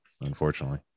Unfortunately